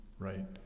Right